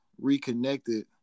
reconnected